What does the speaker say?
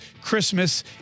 Christmas